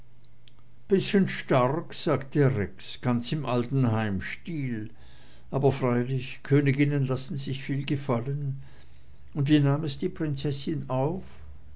bißchen stark sagte rex ganz im alten heim stil aber freilich königinnen lassen sich viel gefallen und wie nahm es die prinzessin auf